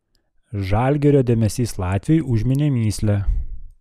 žalgirio dėmesys latviui užminė mįslę